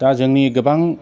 दा जोंनि गोबां